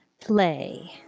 play